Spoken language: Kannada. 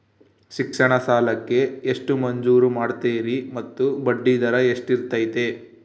ಶಿಕ್ಷಣ ಸಾಲಕ್ಕೆ ಎಷ್ಟು ಮಂಜೂರು ಮಾಡ್ತೇರಿ ಮತ್ತು ಬಡ್ಡಿದರ ಎಷ್ಟಿರ್ತೈತೆ?